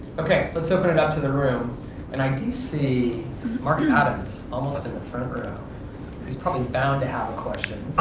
okay, let's open it up to the room and i do see mark adams almost in the front row who's probably bound to have a question,